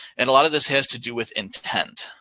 and a lot of this has to do with intent.